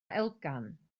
elgan